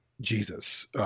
Jesus